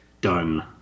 done